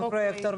פרויקטור,